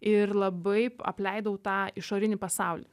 ir labai apleidau tą išorinį pasaulį